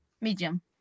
medium